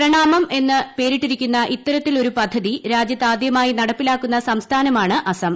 പ്രണാമം എന്നു പേരിട്ടിരിക്കുന്ന ഇത്തരത്തിലൊരു പദ്ധതി രാജ്യത്താദ്യമായി നടപ്പിലാക്കുന്ന സംസ്ഥാനമാണ് അസം